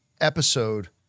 episode